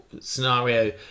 scenario